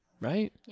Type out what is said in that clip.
right